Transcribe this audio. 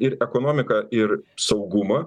ir ekonomiką ir saugumą